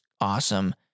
awesome